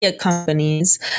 companies